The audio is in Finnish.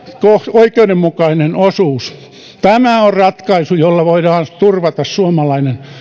oikeudenmukainen osuus tämä on ratkaisu jolla voidaan turvata suomalainen